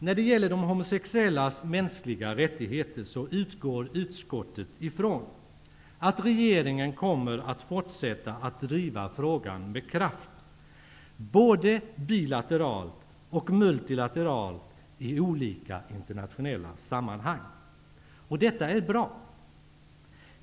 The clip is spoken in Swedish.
När det gäller de homosexuellas mänskliga rättigheter utgår utskottet ifrån att regeringen kommer att fortsätta att driva frågan med kraft, både bilateralt och multilateralt i olika internationella sammanhang. Detta är bra.